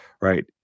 Right